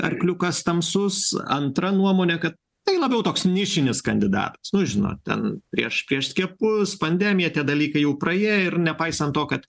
arkliukas tamsus antra nuomonė kad tai labiau toks nišinis kandidatas nu žintot ten prieš prieš skiepus pandemiją tie dalykai jau praėję ir nepaisant to kad